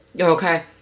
Okay